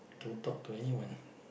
don't talk to anyone